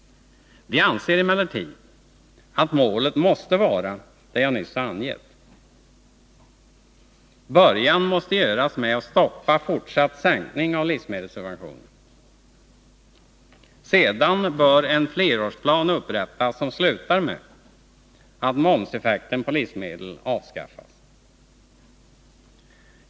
Vi anser emellertid att målet måste vara det jag nyss har angett. Början måste göras med att fortsatt sänkning av livsmedelssubventionerna stoppas. Sedan bör en flerårsplan upprättas som slutar med att momseffekten på livsmedel avskaffas.